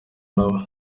nabo